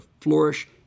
flourish